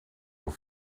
vous